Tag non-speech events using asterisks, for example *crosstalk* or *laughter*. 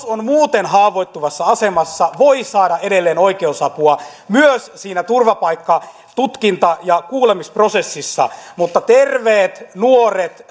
*unintelligible* on muuten haavoittuvassa asemassa voi saada edelleen oikeusapua myös siinä turvapaikkatutkinta ja kuulemisprosessissa mutta terveet nuoret *unintelligible*